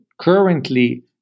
currently